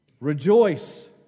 Rejoice